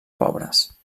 pobres